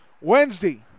Wednesday